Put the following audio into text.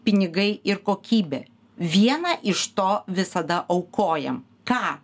pinigai ir kokybė viena iš to visada aukojame ką